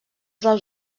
dels